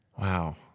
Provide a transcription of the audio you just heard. Wow